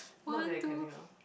not that I can think of